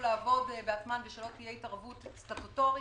לעבוד בעצמם ושלא תהיה התערבות סטטוטורית.